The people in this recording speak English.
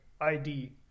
ID